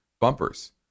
bumpers